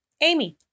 Amy